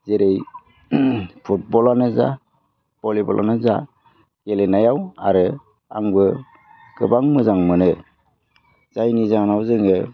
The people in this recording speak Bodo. जेरै फुटबलानो जा भलिबलानो जा गेलेनायाव आरो आंबो गोबां मोजां मोनो जायनि जाहोनाव जोङो